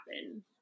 happen